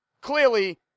clearly